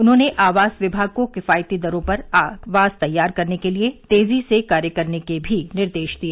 उन्होंने आवास विभाग को किफायती दरों पर आवास तैयार करने के लिए तेजी से कार्य करने के भी निर्देश दिए